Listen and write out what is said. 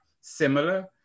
similar